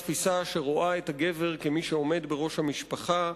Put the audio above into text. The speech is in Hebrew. שרואה את הגבר כמי שעומד בראש המשפחה,